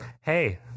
Hey